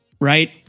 right